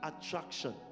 attraction